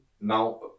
Now